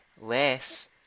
less